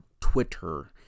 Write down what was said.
Twitter